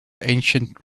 ancient